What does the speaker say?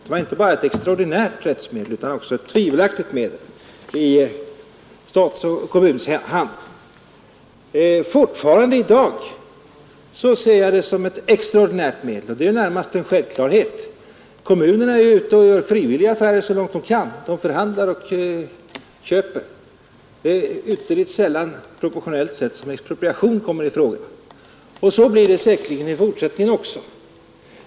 Det var inte bara ett extraordinärt rättsmedel utan också ett tvivelaktigt medel i stats och kommuns hand. Fortfarande i dag ser jag det som ett extraordinärt medel, och det är ju närmast en självklarhet. Kommunerna gör frivilliga affärer så långt det går, de förhandlar och köper mark som de behöver för sin expansion. Det är ytterligt sällan, som expropriation kommer i fråga. Så blir det säkerligen också i fortsättningen.